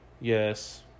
Yes